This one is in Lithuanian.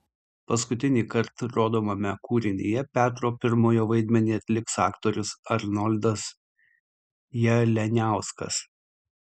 paskutinįkart rodomame kūrinyje petro pirmojo vaidmenį atliks aktorius arnoldas jalianiauskas